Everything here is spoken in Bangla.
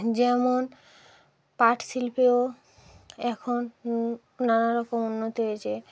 যেমন পাটশিল্পেও এখন নানারকম উন্নতি হয়েছে